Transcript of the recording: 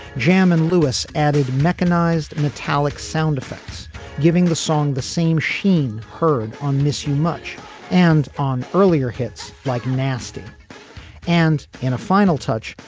jam and lewis added mechanized metallic sound effects giving the song the same sheen heard on miss much and on earlier hits like nasty and in a final touch.